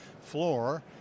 floor